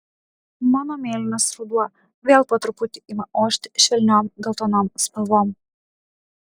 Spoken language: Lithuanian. mano mėlynas ruduo vėl po truputį ima ošti švelniom geltonom spalvom